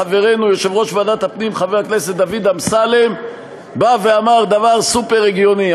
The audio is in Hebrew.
חברנו יושב-ראש ועדת הפנים חבר הכנסת דוד אמסלם אמר דבר סופר-הגיוני,